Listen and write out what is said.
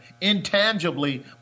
intangibly